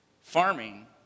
farming